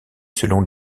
selon